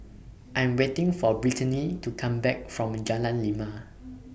I Am waiting For Brittany to Come Back from Jalan Lima